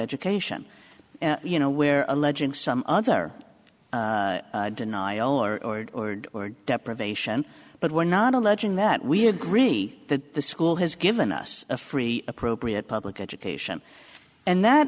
education you know where alleging some other denial or or deprivation but we're not alleging that we agree that the school has given us a free appropriate public education and that